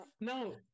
no